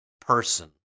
person